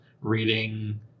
reading